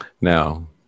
Now